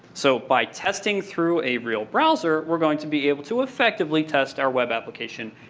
so, by testing through a real browser, we're going to be able to effectively test our web application,